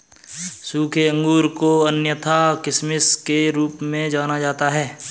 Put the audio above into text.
सूखे अंगूर को अन्यथा किशमिश के रूप में जाना जाता है